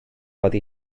oddi